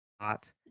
hot